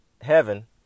heaven